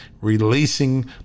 releasing